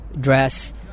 dress